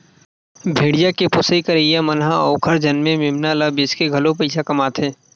भेड़िया के पोसई करइया मन ह ओखर जनमे मेमना ल बेचके घलो पइसा कमाथे